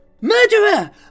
MURDERER